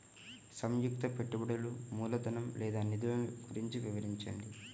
సంయుక్త పెట్టుబడులు మూలధనం లేదా నిధులు గురించి వివరించండి?